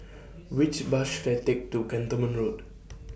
Which Bus should I Take to Cantonment Road